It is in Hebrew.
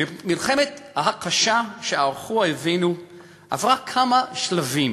מלחמת ההכחשה שערכו אויבינו עברה כמה שלבים: